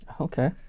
Okay